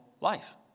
life